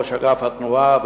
ראש אגף התנועה,